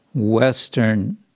Western